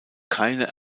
keine